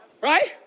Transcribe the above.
Right